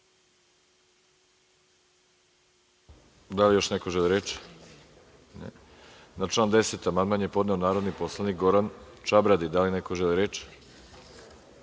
Da li još neko želi reč? (Ne.)Na član 10. amandman je podneo narodni poslanik Goran Čabradi. Da li neko želi reč?